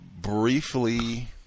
briefly –